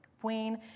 queen